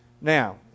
Now